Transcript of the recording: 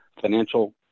Financial